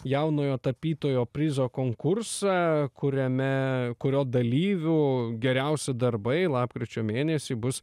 jaunojo tapytojo prizo konkursą kuriame kurio dalyvių geriausi darbai lapkričio mėnesį bus